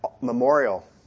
memorial